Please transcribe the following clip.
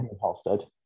Halstead